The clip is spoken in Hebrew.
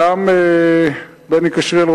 גם בני כשריאל,